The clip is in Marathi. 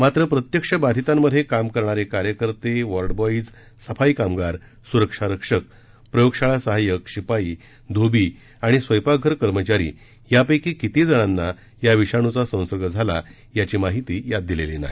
मात्र प्रत्यक्ष बाधितांमधे काम करणारे कार्यकर्ते वार्डबॉईज सफाई कामगार सुरक्षारक्षक प्रयोगशाळा सहायक शिपाई धोबी आणि स्वयंपाकघर कर्मचारी यापैकी किती जणांना या विषाणूचा संसर्ग झाला याची माहिती यात दिलेली नाही